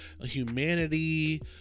humanity